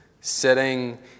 sitting